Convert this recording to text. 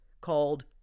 called